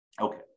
okay